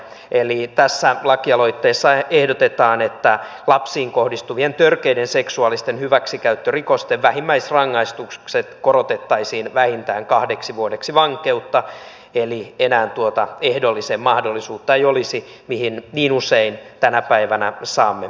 eli tässä lakialoitteessa ehdotetaan että lapsiin kohdistuvien törkeiden seksuaalisten hyväksikäyttörikosten vähimmäisrangaistukset korotettaisiin vähintään kahdeksi vuodeksi vankeutta eli enää tuota ehdollisen mahdollisuutta ei olisi mihin niin usein tänä päivänä saamme törmätä